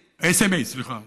SMA. SMA, סליחה.